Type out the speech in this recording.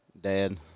dad